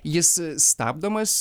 jis stabdomas